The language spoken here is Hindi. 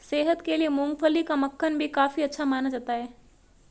सेहत के लिए मूँगफली का मक्खन भी काफी अच्छा माना जाता है